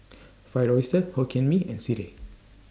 Fried Oyster Hokkien Mee and Sireh